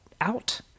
out